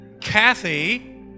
Kathy